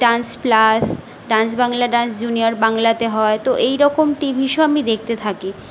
dance plus dance Bangla dance junior বাংলাতে হয় তো এইরকম টিভি শো আমি দেখতে থাকি